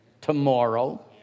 tomorrow